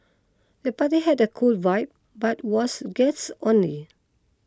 the party had a cool vibe but was guests only